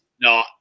No